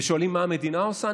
ושואלים: מה המדינה עושה?